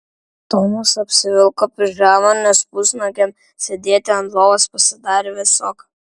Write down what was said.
tomas apsivilko pižamą nes pusnuogiam sėdėti ant lovos pasidarė vėsoka